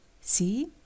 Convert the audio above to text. See